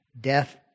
death